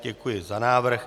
Děkuji za návrh.